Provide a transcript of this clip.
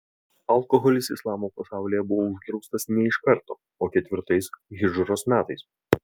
alkoholis islamo pasaulyje buvo uždraustas ne iš karto o ketvirtais hidžros metais